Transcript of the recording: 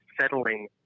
settling